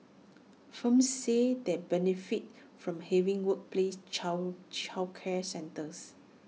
firms said they benefit from having workplace child childcare centres